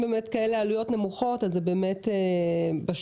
כאלה עלויות נמוכות אז זה באמת בשוליים,